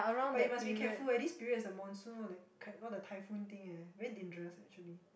but you must be careful eh this period is the monsoon all that crap all the typhoon thing eh very dangerous ah actually